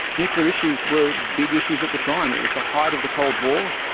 nuclear issues were big issues at the time, it was the height of the cold war,